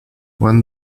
when